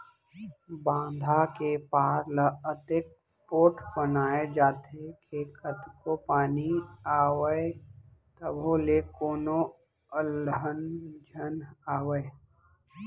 बांधा के पार ल अतेक पोठ बनाए जाथे के कतको पानी आवय तभो ले कोनो अलहन झन आवय